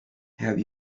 have